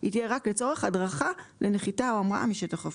היא תהיה רק לצורך הדרכה לנחיתה או המראה משטח ההפעלה.